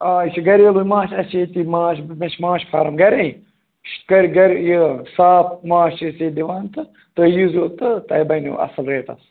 آ یہِ چھِ گریلو ماچھ اَسہِ ییٚتہِ ماچھ مےٚ چھِ ماچھ فارم گرے گرِ گرِ یہِ صاف ماچھ أسۍ ییٚتہِ دِوان تہٕ تُہۍ ییٖزیو تہٕ تۄہہِ بَنیو اَصٕل ریٹَس